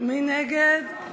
מי נגד?